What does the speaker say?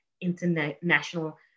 international